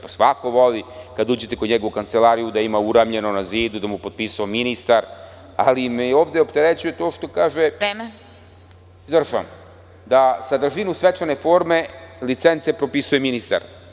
Pa, svako voli kada uđete kod njega u kancelariju da ima uramljeno na zidu da mu je potpisao ministar, ali me ovde opterećuje to što se kaže da sadržinu svečane forme licence propisuje ministar.